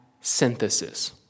synthesis